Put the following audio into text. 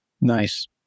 Nice